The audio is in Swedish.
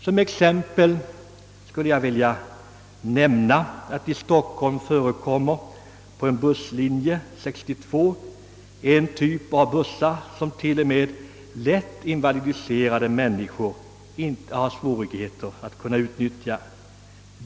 Som exempel vill jag nämna att det på busslinje 62 i Stockholm förekommer en busstyp, som även lätt invalidiserade människor har svårt att utnyttja.